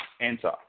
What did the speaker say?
Enter